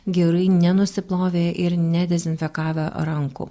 gerai nenusiplovę ir nedezinfekavę rankų